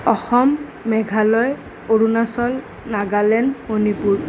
Assam Meghalaya Arunachal Nagaland Manipur